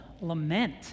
lament